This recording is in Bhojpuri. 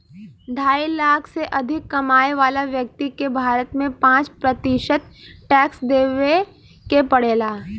ढाई लाख से अधिक कमाए वाला व्यक्ति के भारत में पाँच प्रतिशत टैक्स देवे के पड़ेला